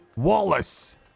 Wallace